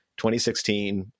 2016